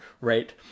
right